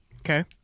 Okay